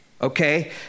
Okay